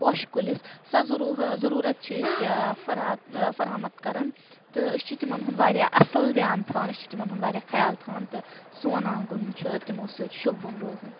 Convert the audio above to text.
پوشہِ کُلِس سۄ ضروٗ ضٔروٗرت چھِ أسۍ فرات فَرَاہَمت کَرَان تہٕ أسۍ چھِ تِمَن ہُنٛد واریاہ اَصٕل دیان تھاوَان أسۍ چھِ تِمَن ہُنٛد واریاہ خیال تھاوَان تہٕ سون آنٛگُن چھُ تِمو سۭتۍ شوٗبون روزَان